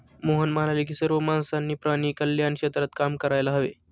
मोहन म्हणाले की सर्व माणसांनी प्राणी कल्याण क्षेत्रात काम करायला हवे